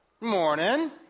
Morning